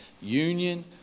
union